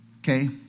Okay